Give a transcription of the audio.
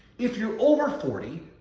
if you're over forty,